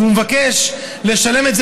והוא מבקש לשלם את זה